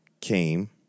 came